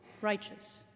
righteous